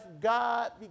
God